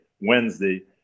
Wednesday